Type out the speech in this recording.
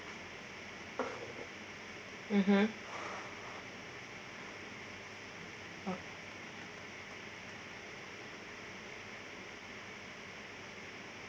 mmhmm oh